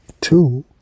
Two